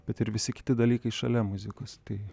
bet ir visi kiti dalykai šalia muzikos tai